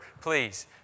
please